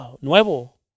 nuevo